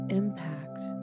impact